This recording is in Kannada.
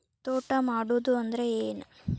ತೋಟ ಮಾಡುದು ಅಂದ್ರ ಏನ್?